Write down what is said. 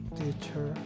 teacher